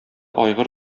айгыр